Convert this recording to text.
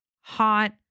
hot